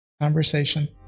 Conversation